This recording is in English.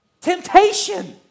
Temptation